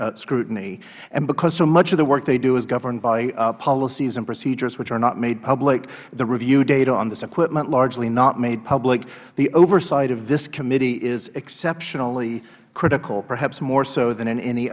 scrutiny and because so much of the work they do is governed by policies and procedures which are not made public the review date on this equipment largely not made public the oversight of this committee is exceptionally critical perhaps more so than